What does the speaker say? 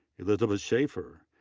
elizabeth schafer,